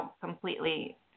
completely